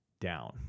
down